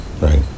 right